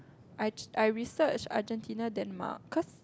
I I research Argentina Denmark cause